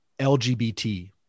LGBT